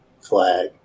flag